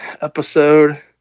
episode